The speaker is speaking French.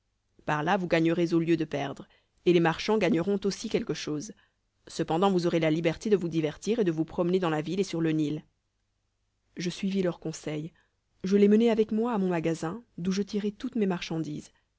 par là vous gagnerez au lieu de perdre et les marchands gagneront aussi quelque chose cependant vous aurez la liberté de vous divertir et de vous promener dans la ville et sur le nil je suivis leur conseil je les menai avec moi à mon magasin d'où je tirai toutes mes marchandises